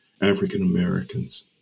African-Americans